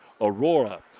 Aurora